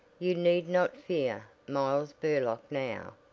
you need not fear miles burlock now.